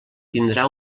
tindrà